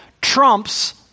trumps